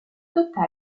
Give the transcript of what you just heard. total